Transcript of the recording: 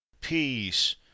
peace